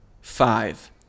five